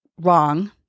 wrong